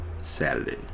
Saturday